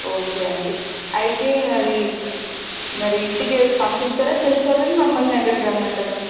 okay అండి అయితే అది మరి ఇంటికే పంపిస్తారా చేసేవాళ్ళని మమ్మల్నే అక్కడికి రమ్మంటరా